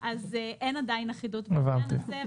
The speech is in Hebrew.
אז אין עדיין אחידות בעניין הזה.